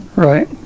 right